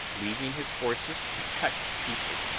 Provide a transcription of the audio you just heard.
leaving his forces to be cut to pieces,